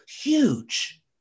huge